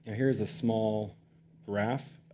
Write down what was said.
here's a small graph.